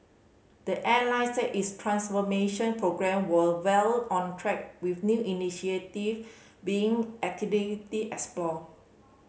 the airline said its transformation programme were well on track with new initiative being activity explored